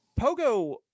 Pogo